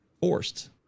forced